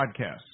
podcasts